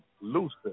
Lucy